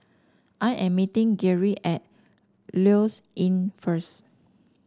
I am meeting Geary at Lloyds Inn first